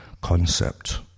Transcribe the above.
concept